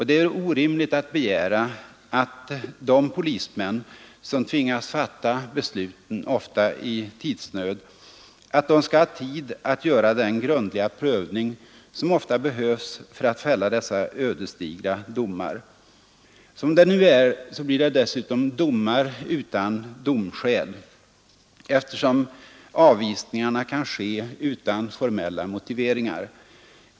Det är orimligt att begära att de polismän som ofta tvingas fatta besluten i tidsnöd skall ha tid att göra den grundliga Nr 138 prövning som många gånger behövs för att fälla dessa ödesdigra domar. Torsdagen den Som det nu är blir det dessutom domar utan domskäl, eftersom 22 november 1973 avvisningarna kan ske utan formella motiveringar.